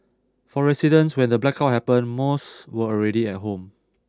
for residents when the blackout happened most were already at home